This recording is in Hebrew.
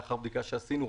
לאחר בדיקה שעשינו,